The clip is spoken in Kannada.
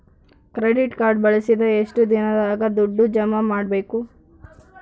ಕ್ರೆಡಿಟ್ ಕಾರ್ಡ್ ಬಳಸಿದ ಎಷ್ಟು ದಿನದಾಗ ದುಡ್ಡು ಜಮಾ ಮಾಡ್ಬೇಕು?